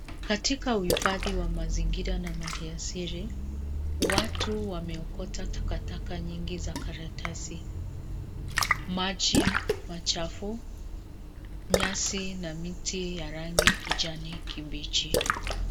Katika uhifadhi wa mazingira na mali asili watu wameokota takataka nyingi za karatasi. Maji machafu, nyasi na miti ya rangi kijani kibichi.